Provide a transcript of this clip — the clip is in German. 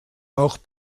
auch